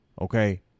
okay